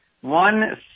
one